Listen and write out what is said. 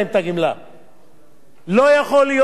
לא יכול להיות שייקחו בשבי את חיילי צה"ל,